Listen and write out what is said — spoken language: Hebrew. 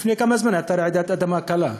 לפני זמן מה הייתה רעידת אדמה קלה,